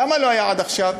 למה לא היה עד עכשיו?